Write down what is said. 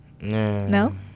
No